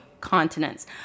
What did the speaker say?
continents